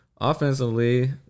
offensively